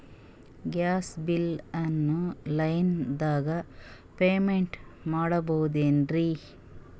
Gas bill online ದಾಗ payment ಮಾಡಬೋದೇನ್ರಿ?